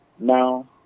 Now